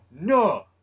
no